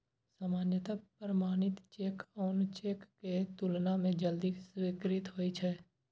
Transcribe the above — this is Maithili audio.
सामान्यतः प्रमाणित चेक आन चेक के तुलना मे जल्दी स्वीकृत होइ छै